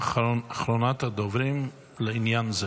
אחרונת הדוברים לעניין זה.